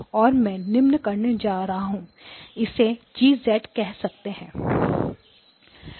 और मैं निम्न करने जा रहा हूं हम इसे G कह सकते हैं